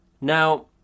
Now